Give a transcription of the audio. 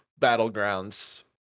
Battlegrounds